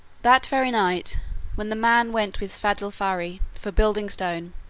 that very night when the man went with svadilfari for building stone,